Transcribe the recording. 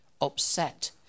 upset